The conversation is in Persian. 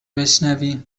بشنوی